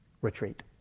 Retreat